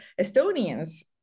estonians